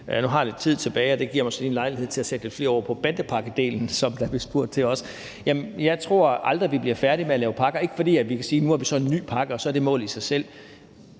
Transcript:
Nu har jeg lidt tid tilbage, og det giver mig så lige lejlighed til at sætte lidt flere ord på bandepakkedelen, som der også blev spurgt til. Jeg tror aldrig, vi bliver færdige med at lave pakker – ikke fordi vi kan sige: Nu har vi så en ny pakke, og så er det målet i sig selv.